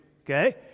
Okay